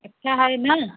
अच्छा है ना